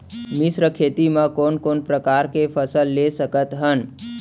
मिश्र खेती मा कोन कोन प्रकार के फसल ले सकत हन?